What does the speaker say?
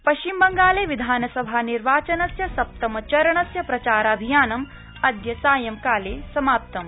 पश्चिमबंगाल विधानसभानिर्वाचनस्य सप्तमचरणस्य प्रचार अभियानं अद्य सायंकाल सिमाप्तम्